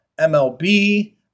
MLB